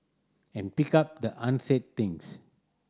and pick up the unsaid things